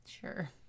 Sure